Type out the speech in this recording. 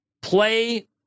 play